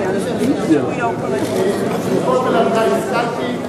מלמדי השכלתי.